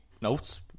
notes